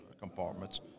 compartments